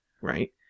right